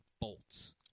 bolts